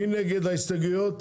מי נגד ההסתייגויות?